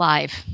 Live